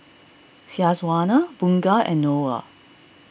Syazwani Bunga and Noah